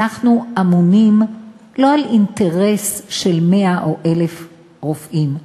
אנחנו אמונים לא על אינטרס של 100 או 1,000 רופאים.